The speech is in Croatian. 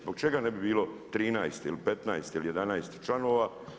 Zbog čega ne bi bilo 13 ili 15 ili 11 članova?